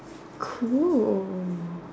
cool